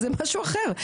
זה משהו אחר,